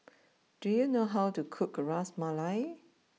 do you know how to cook Ras Malai